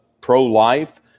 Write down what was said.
pro-life